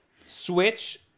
Switch